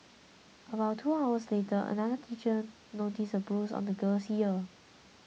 about two hours later another teacher noticed a bruise on the girl's ear